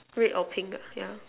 red or pink ah yeah